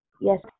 Yes